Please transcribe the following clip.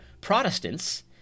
Protestants